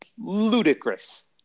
Ludicrous